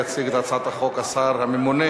יציג את הצעת החוק השר הממונה